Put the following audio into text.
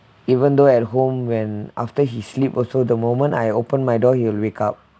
even though at home when after he sleep also the moment I open my door he'll wake up